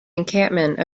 encampment